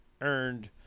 earned